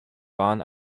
waren